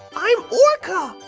i'm orca!